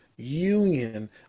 union